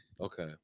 Okay